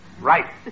Right